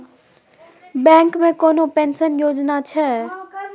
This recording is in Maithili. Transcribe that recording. बैंक मे कोनो पेंशन योजना छै?